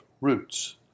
Roots